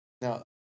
Now